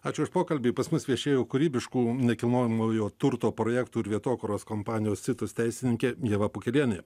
ačiū už pokalbį pas mus viešėjo kūrybiškų nekilnojamojo turto projektų ir vietokūros kompanijos citus teisininkė ieva pukelienė